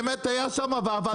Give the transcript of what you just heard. באמת היה שם ועבד איתנו.